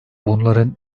bunların